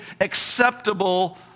acceptable